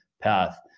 path